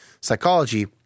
psychology